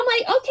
okay